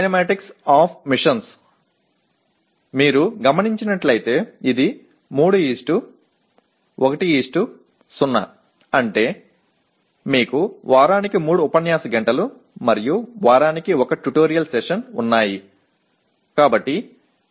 இந்த குறிப்பிட்ட பாடத்திட்டத்தை இயந்திரங்களின் இயக்கவியலை நீங்கள் காண முடியும் இது 3 1 0 ஆகும் அதாவது நீங்கள் வாரத்திற்கு 3 விரிவுரை நேரங்களும் வாரத்திற்கு 1 டுடோரியல் அமர்வும் வைத்திருக்கிறீர்கள்